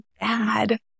bad